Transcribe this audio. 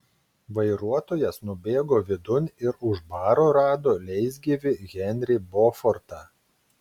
vairuotojas nubėgo vidun ir už baro rado leisgyvį henrį bofortą